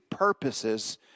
purposes